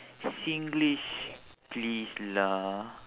singlish please lah